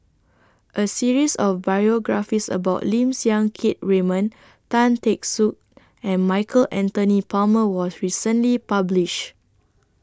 A series of biographies about Lim Siang Keat Raymond Tan Teck Soon and Michael Anthony Palmer was recently published